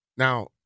Now